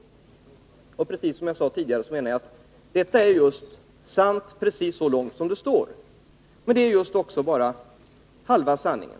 Som jag sade tidigare menar jag att detta är sant precis så långt som uttalandet går. Men det är också bara halva sanningen.